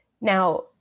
Now